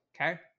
Okay